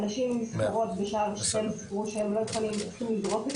אנשים בשער שכם אמרו שהם לא יכולים לפרוס את